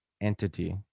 entity